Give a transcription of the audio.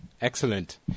Excellent